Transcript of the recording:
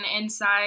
inside